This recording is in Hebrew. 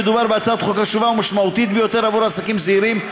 מדובר בהצעת חוק חשובה ומשמעותית ביותר עבור עסקים זעירים,